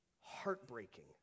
heartbreaking